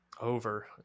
Over